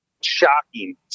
Shocking